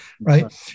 Right